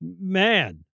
Man